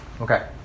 Okay